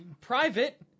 private